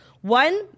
One